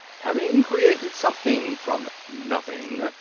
having created something from nothing,